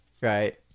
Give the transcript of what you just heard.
right